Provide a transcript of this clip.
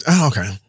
Okay